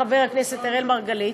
חבר הכנסת אראל מרגלית,